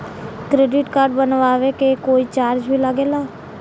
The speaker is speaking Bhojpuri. क्रेडिट कार्ड बनवावे के कोई चार्ज भी लागेला?